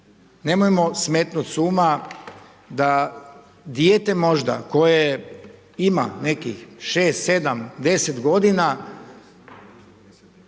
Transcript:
Nemojmo smetnuti s uma da dijete možda koje ima nekih 6, 7, 10 g.